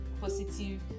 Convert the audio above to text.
positive